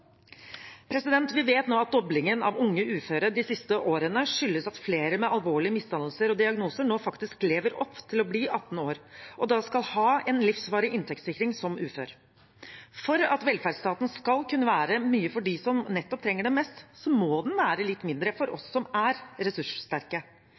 Vi vet nå at doblingen av unge uføre de siste årene skyldes at flere med alvorlige misdannelser og diagnoser nå faktisk lever opp til å bli 18 år og da skal ha en livsvarig inntektssikring som ufør. For at velferdsstaten skal kunne være mye for dem som nettopp trenger den mest, må den være litt mindre for